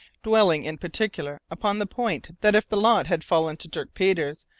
dwelling in particular upon the point that if the lot had fallen to dirk peters,